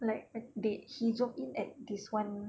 like they he walk in at this [one]